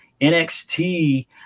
NXT